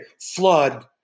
flood